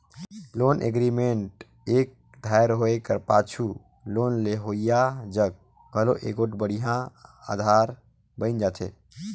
loan agreement एक धाएर होए कर पाछू लोन लेहोइया जग घलो एगोट बड़िहा अधार बइन जाथे